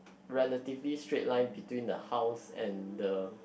relatively straight line between the house and the